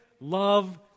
love